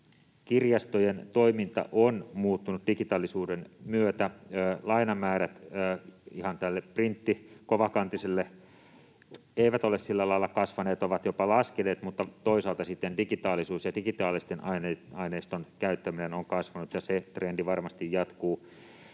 Kirjastojen toiminta on muuttunut digitaalisuuden myötä. Lainamäärät ihan printatulle kovakantiselle eivät ole sillä lailla kasvaneet, ovat jopa laskeneet, mutta toisaalta sitten digitaalisuus ja digitaalisten aineistojen käyttäminen ovat kasvaneet, ja se trendi varmasti jatkuu.